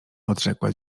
odrzekła